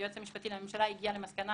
היועץ המשפטי לממשלה הגיע למסקנה